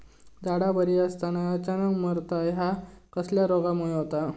झाडा बरी असताना अचानक मरता हया कसल्या रोगामुळे होता?